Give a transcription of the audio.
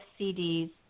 CDs